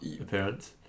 appearance